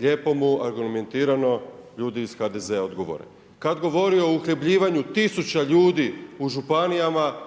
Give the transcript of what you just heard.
lijepo mu argumentirano ljudi iz HDZ-a odgovore. Kad govori o uhljebljivanju tisuća ljudi u županijama,